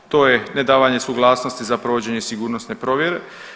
To je nedavanje suglasnosti za provođenje sigurnosne provjere.